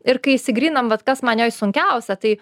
ir kai išsigryninam vat kas man joj sunkiausia tai